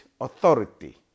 authority